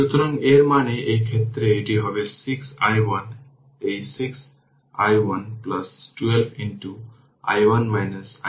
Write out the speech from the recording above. সুতরাং R equivalent হবে 3 5 2 by 5 2 অর্থাৎ 3 10 বাই 7 Ω